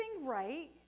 right